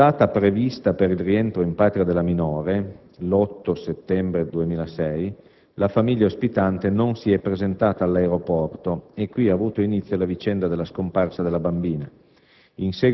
Alla data prevista per il rientro in patria della minore, l'8 settembre 2006, la famiglia ospitante non si è presentata all'aeroporto e qui ha avuto inizio la vicenda della scomparsa della bambina.